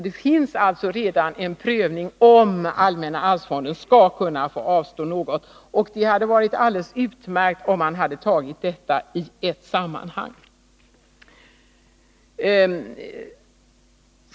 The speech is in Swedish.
Det pågår alltså redan en prövning av om allmänna arvsfonden skall kunna få avstå något, och det hade varit alldeles utmärkt om man hade tagit detta i ett sammanhang.